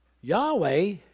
Yahweh